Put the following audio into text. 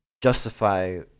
justify